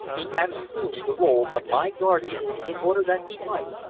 he had assumed the role of my guardian in order that he might,